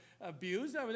abused